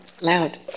loud